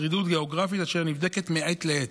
בשרידות גיאוגרפית אשר נבדקת מעת לעת.